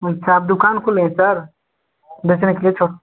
अच्छा आप दुकान खोले है सर बेचने के लिए छः